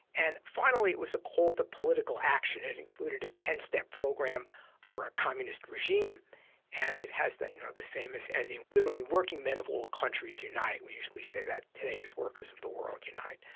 and finally it was a call to political action. it included a ten step program for a communist regime and it has the you know the famous ending, literally working working men of all countries unite. we usually say that today as workers of the world unite.